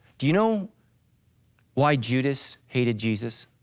do you know why judas hated jesus?